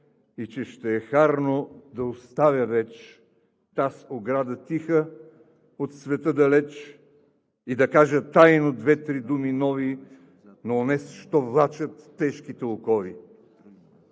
и че ще е харно да оставя веч таз ограда тиха, от света далеч, и да кажа тайно две-три думи нови на онез, що влачат тежките окови.